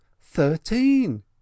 thirteen